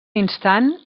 instant